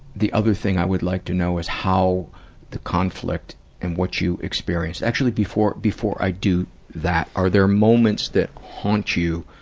the other thing i would like to know is how the conflict and what you experienced actually, before, before i do that, are there moments that haunt you